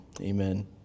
Amen